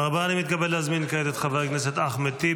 מה זה קורעת את המכנסיים?